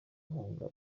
nkunga